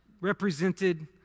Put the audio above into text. represented